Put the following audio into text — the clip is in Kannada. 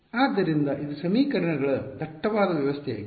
ಆದ್ದರಿಂದ ಇದು ಸಮೀಕರಣಗಳ ದಟ್ಟವಾದ ವ್ಯವಸ್ಥೆಯಾಗಿತ್ತು